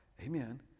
amen